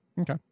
Okay